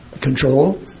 control